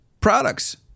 products